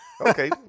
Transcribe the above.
okay